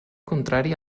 contrari